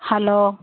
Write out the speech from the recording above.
hello